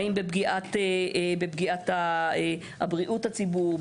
האם בפגיעת בריאות הציבור?